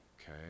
okay